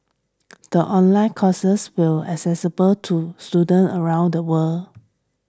the online courses will accessible to students around the world